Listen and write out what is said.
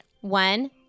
One